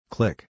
Click